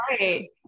right